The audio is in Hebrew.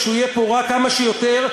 שיהיה פה רע כמה שיותר,